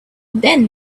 then